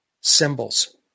symbols